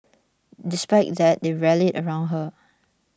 despite that they rallied around her